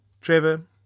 Trevor